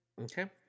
Okay